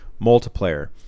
multiplayer